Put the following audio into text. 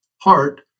heart